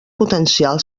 potencial